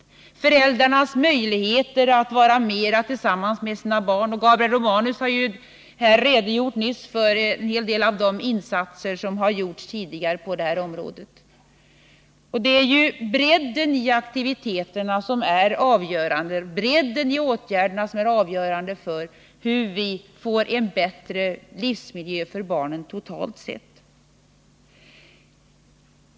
Beträffande föräldrarnas möjligheter att vara mera tillsammans med sina barn har Gabriel Romanus här nyss redogjort för en hel del av de insatser som gjorts tidigare på detta område. Det är ju bredden i åtgärderna som är avgörande för hur vi skall få en bättre livsmiljö för barnen totalt sett.